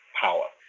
power